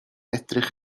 edrych